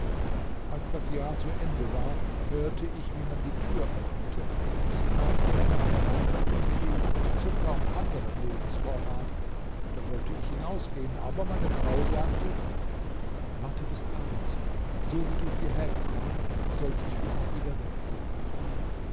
als das jahr zu ende war hörte ich wie man die tür öffnete und es traten männer herein mit mehl und zucker und anderem lebensvorrat da wollte ich hinausgehen aber meine frau sagte warte bis abends so wie du hierhergekommen sollst du auch wieder weggehen